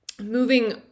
moving